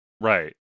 Right